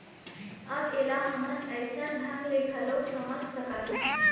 अब ऐला हमन अइसन ढंग ले घलोक समझ सकथन